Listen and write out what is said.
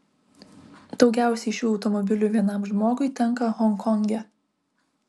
daugiausiai šių automobilių vienam žmogui tenka honkonge